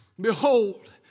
Behold